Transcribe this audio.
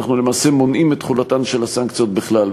אנחנו למעשה מונעים את תחולתן של הסנקציות בכלל.